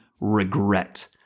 regret